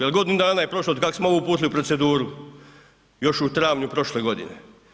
Jer godinu dana je prošlo od kada smo ovu uputili u proceduru još u travnju prošle godine.